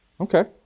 Okay